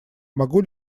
могу